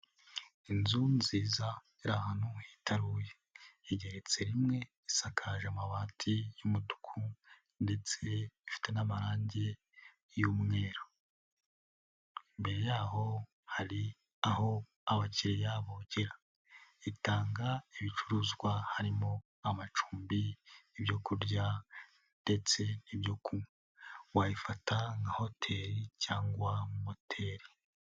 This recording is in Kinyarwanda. Inzu nziza iri ahantu hitaruye, igeretse rimwe isakaje amabati y'umutuku ndetse ifite n'amarangi y'umweru, imbere y'aho hari aho abakiriya bogera, itanga ibicuruzwa harimo: amacumbi, ibyo kurya ndetse n'ibyo kunywa, wayifata nka hoteli cyangwa moteli.